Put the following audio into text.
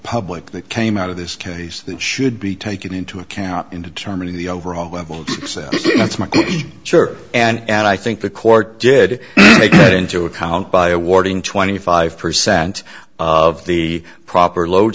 public that came out of this case that should be taken into account in determining the overall level that's my church and i think the court did make it into account by awarding twenty five percent of the proper lo